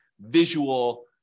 visual